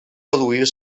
produir